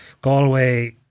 Galway